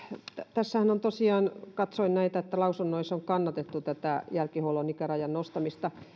tässähän on tosiaan katsoin näitä lausunnoissa kannatettu tätä jälkihuollon ikärajan nostamista